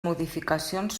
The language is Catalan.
modificacions